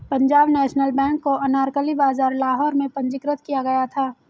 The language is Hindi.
पंजाब नेशनल बैंक को अनारकली बाजार लाहौर में पंजीकृत किया गया था